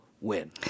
win